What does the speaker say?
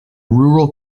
rural